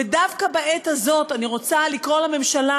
ודווקא בעת הזאת אני רוצה לקרוא לממשלה